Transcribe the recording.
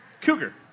Cougar